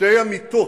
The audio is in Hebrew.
שתי אמיתות,